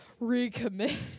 Recommit